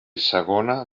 segona